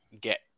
get